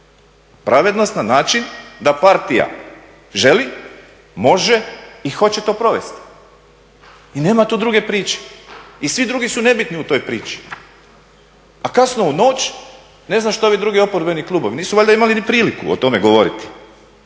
pravednost na način da partija želi, može i hoće to provesti. I nema tu druge priče. I svi drugi su nebitni u toj priči. A kasno u noć ne znam što ovi drugi oporbeni klubovi nisu valjda imali ni priliku o tome govoriti.